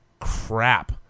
crap